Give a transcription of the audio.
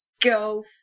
go